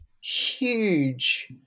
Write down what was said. huge